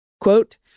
quote